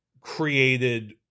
created